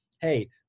hey